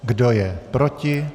Kdo je proti?